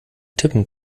tippen